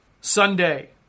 sunday